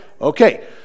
Okay